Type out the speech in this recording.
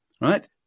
right